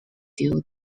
due